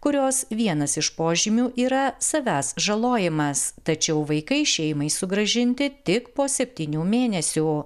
kurios vienas iš požymių yra savęs žalojimas tačiau vaikai šeimai sugrąžinti tik po septynių mėnesių